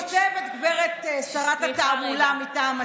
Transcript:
היא כותבת, גברת שרת התעמולה מטעם עצמה.